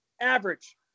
average